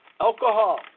alcohol